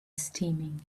steaming